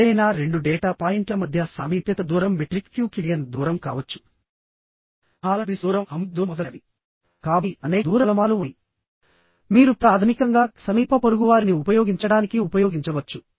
ఇలా రంధ్రము గుండా కనెక్ట్ చేయడం వలన నెట్ ఏరియా అనేది తగ్గుతుంది